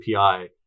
API